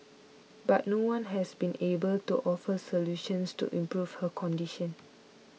but no one has been able to offer solutions to improve her condition